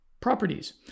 properties